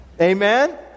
Amen